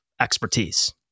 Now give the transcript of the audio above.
expertise